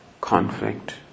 conflict